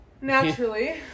Naturally